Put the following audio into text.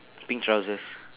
pink trousers